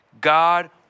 God